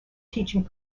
teaching